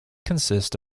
consist